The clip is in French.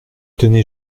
tenez